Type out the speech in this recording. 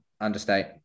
understate